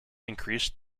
increased